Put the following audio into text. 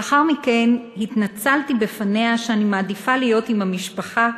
ולאחר מכן התנצלתי בפניה שאני מעדיפה להיות עם המשפחה.